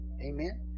Amen